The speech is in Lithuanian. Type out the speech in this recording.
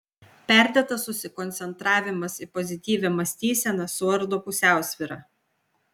perdėtas susikoncentravimas į pozityvią mąstyseną suardo pusiausvyrą